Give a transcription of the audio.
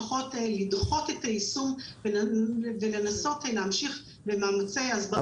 לפחות לדחות את היישום ולנסות להמשיך במאמצי הסברה.